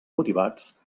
motivats